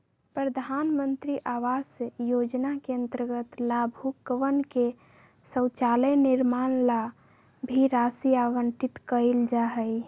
प्रधान मंत्री आवास योजना के अंतर्गत लाभुकवन के शौचालय निर्माण ला भी राशि आवंटित कइल जाहई